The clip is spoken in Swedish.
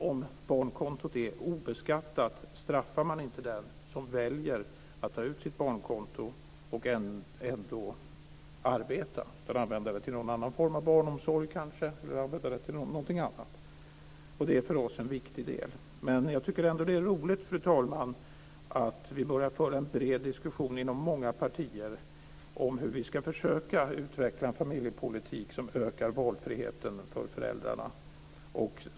Om barnkontot är obeskattat straffar man inte den som väljer att arbeta och ta ut sitt barnkonto och använda det till någon annan form av barnomsorg eller till någonting annat. Det är en viktig del för oss. Men jag tycker ändå att det är roligt, fru talman, att vi börjar föra en bred diskussion inom många partier om hur vi ska försöka utveckla en familjepolitik som ökar valfriheten för föräldrarna.